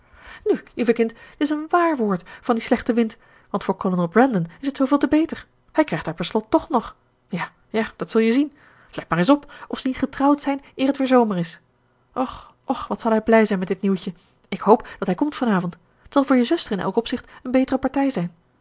nu lieve kind t is een waar woord van die slechte wind want voor kolonel brandon is het zooveel te beter hij krijgt haar per slot toch nog ja ja dat zul je zien let maar eens op of ze niet getrouwd zijn eer t weer zomer is och och wat zal hij blij zijn met dit nieuwtje ik hoop dat hij komt van avond t zal voor je zuster in elk opzicht een betere partij zijn